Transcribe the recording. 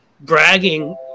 bragging